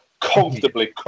comfortably